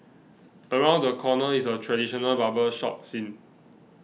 around the corner is a traditional barber shop scene